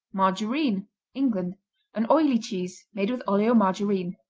margarine england an oily cheese made with oleomargarine.